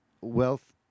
wealth